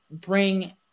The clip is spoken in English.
bring